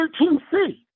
13C